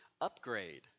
upgrade